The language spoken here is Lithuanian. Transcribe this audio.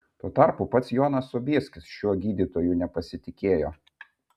tuo tarpu pats jonas sobieskis šiuo gydytoju nepasitikėjo